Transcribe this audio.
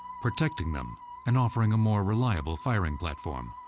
protecting them and offering a more reliable firing platform.